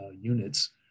units